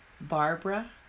Barbara